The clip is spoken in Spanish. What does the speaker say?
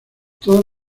todas